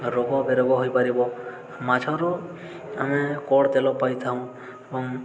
ରୋଗ ବେରୋଗ ହୋଇପାରିବ ମାଛରୁ ଆମେ କଡ଼୍ ତେଲ ପାଇଥାଉଁ ଏବଂ